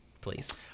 please